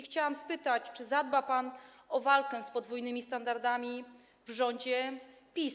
Chciałam spytać, czy zadba pan o walkę z podwójnymi standardami w rządzie PiS.